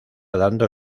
dando